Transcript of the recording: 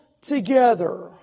together